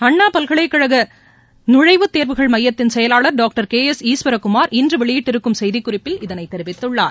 அண்ணா பல்கலைக் கழக நுழைவுத் தேர்வுகள் மையத்தின் செயலாளர் டாங்டர் கே எஸ் ஈஸ்வரக்குமார் இன்று வெளியிட்டிருக்கும் செய்திக் குறிப்பில் இதனைத் தெரிவித்துள்ளார்